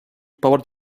power